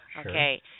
Okay